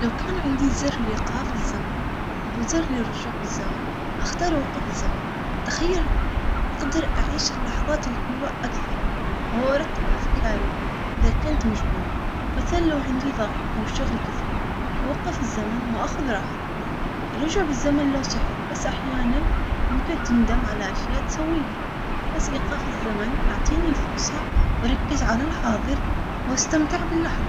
لو كان عندي زر لايقاف الزمن او زر للرجوع بالزمن اختاره اوقف الزمن تخيل اقدر اعيش اللحظات الحلوة اكثر وارتب افكاري اذا كنت مشغول مثلا لو عندي ظغط او شغل كثير اوقف الزمن واخذ راحتي الرجوع بالزمن له سحره بس احيانًا ممكن تندم على أشياء تسويها بس ايقاف الزمن يعطيني فرصة أركز على الحاضر وأستمتع باللحظة.